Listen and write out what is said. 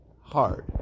hard